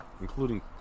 including